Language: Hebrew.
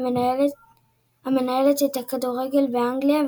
המנהלת את הכדורגל באנגליה,